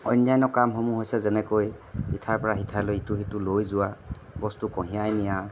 অনান্য কামসমূহ হৈছে যেনেকৈ ইঠাইৰপৰা সিঠাইলৈ ইটো সিটো লৈ যোৱা বস্তু কঢ়িয়াই নিয়া